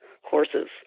horses